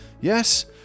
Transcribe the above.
Yes